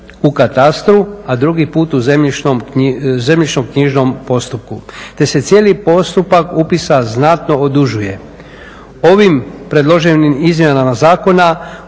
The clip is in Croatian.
u katastru, a drugi put u zemljišno-knjižnom postupku te se cijeli postupak upisa znatno odužuje. Ovim predloženim izmjenama zakona